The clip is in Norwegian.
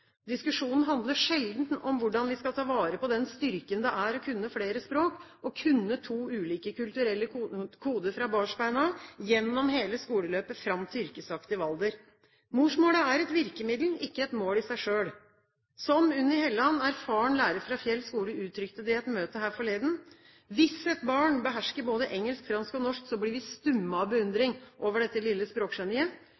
Diskusjonen handler sjelden om hvordan vi skal ta vare på den styrken det er å kunne flere språk og kunne to ulike kulturelle koder, fra barnsben av og gjennom hele skoleløpet fram til yrkesaktiv alder. Morsmålet er et virkemiddel, ikke et mål i seg selv. Som Unni Helland, erfaren lærer fra Fjell skole, uttrykte det i et møte her forleden: Hvis et barn behersker både engelsk, fransk og norsk, blir vi stumme